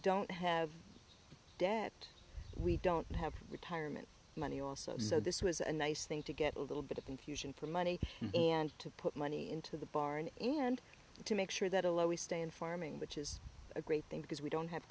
don't have debt we don't have retirement money also so this was a nice thing to get a little bit of confusion for money and to put money into the barn and to make sure that a low we stay in farming which is a great thing because we don't have